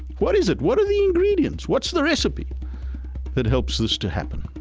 what is it? what are the ingredients? what's the recipe that helps this to happen?